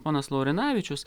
ponas laurinavičius